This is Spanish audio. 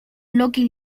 loki